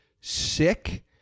sick